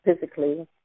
physically